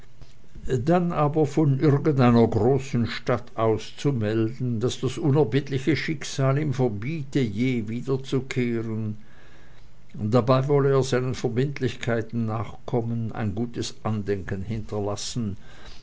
dann aber von irgendeiner großen stadt aus zu melden daß das unerbittliche schicksal ihm verbiete je wiederzukehren dabei wolle er seinen verbindlichkeiten nachkommen ein gutes andenken hinterlassen